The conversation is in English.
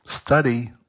study